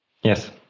Yes